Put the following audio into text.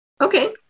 Okay